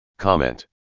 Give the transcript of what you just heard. Comment